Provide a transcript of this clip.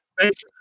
Thanks